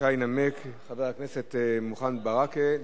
ינמק חבר הכנסת מוחמד ברכה.